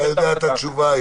אי-אפשר להתעלם מזה.